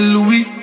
Louis